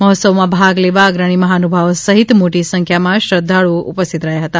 મહોત્સવમાં ભાગ લેવા અગ્રણી મહાનુભાવો સહિત મોટી સંખ્યામા શ્રધ્ધાળુઓ ઉપસ્થિત રહ્યા હતા